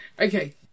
Okay